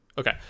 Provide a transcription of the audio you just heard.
Okay